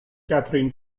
catherine